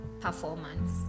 performance